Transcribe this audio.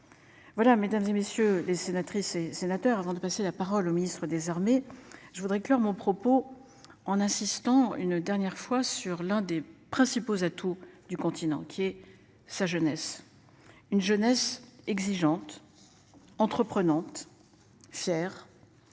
Voilà, Mesdames, et messieurs les sénatrices et sénateurs avant de passer la parole au ministre des armées. Je voudrais clore mon propos en insistant une dernière fois sur l'un des principaux atouts du continent qui est sa jeunesse. Une jeunesse exigeante. Entreprenante. Fière.